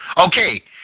Okay